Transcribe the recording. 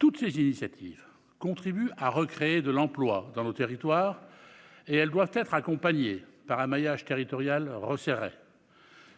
Toutes ces initiatives contribuent à recréer de l'emploi dans nos territoires et doivent être accompagnées par un maillage territorial resserré.